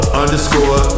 underscore